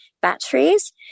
batteries